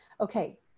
okay